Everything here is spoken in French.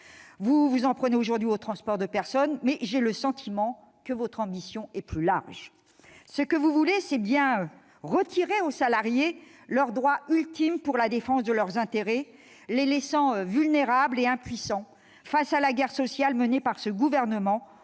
Vous vous en prenez aujourd'hui aux transports de personnes, mais j'ai le sentiment que votre ambition est plus large. Ce que vous voulez, c'est bel et bien retirer aux salariés le droit ultime dont ils disposent pour défendre leurs intérêts, les laissant vulnérables et impuissants dans la guerre sociale menée par ce gouvernement